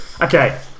Okay